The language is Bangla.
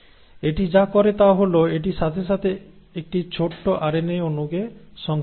এটি যা করে তা হল এটি সাথে সাথে একটি ছোট আরএনএ অণুকে সংশ্লেষ করে